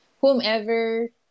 Whomever